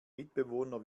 mitbewohner